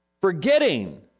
forgetting